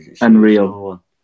Unreal